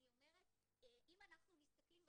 אני אומרת שאם אנחנו מסתכלים,